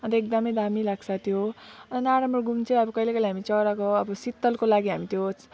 अनि त एकदमै दामी लाग्छ त्यो अनि नराम्रो गुण चाहिँ अब कहिले कहिले हामी चराको अब शीतलको लागि हामी त्यो